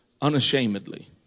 unashamedly